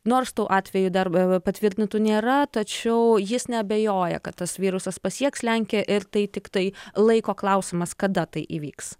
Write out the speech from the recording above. nors tų atvejų dar patvirtintų nėra tačiau jis neabejoja kad tas virusas pasieks lenkiją ir tai tiktai laiko klausimas kada tai įvyks